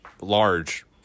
large